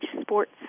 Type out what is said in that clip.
sports